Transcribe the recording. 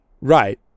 Right